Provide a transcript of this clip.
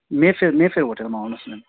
Mayfair Mayfair होटेलमा आउनुहोस् न